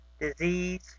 disease